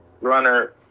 runner